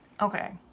Okay